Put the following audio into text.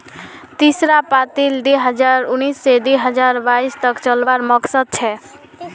तीसरा पालीत दी हजार उन्नीस से दी हजार बाईस तक चलावार मकसद छे